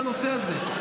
בנושא הזה.